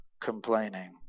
complaining